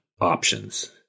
options